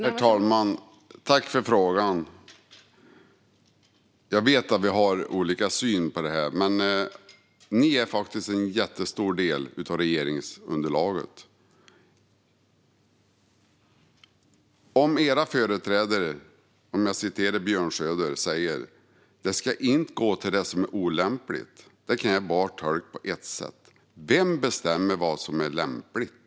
Fru talman! Jag vet att vi har olika syn på det här, men Sverigedemokraterna är faktiskt en jättestor del av regeringsunderlaget. Om era företrädare säger som Björn Söder att kulturanslag inte ska gå till det som är olämpligt kan jag bara tolka det på ett sätt. Vem bestämmer vad som är lämpligt?